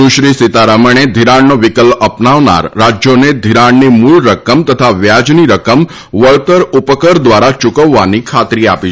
સુશ્રી સીતારમણે ઘિરાણનો વિકલ્પ અપનાવનાર રાજ્યોને ઘિરાણની મૂળ રકમ તથા વ્યાજની રકમ વળતર ઉપકર દ્વારા ચૂકવવાની ખાતરી આપી છે